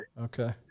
Okay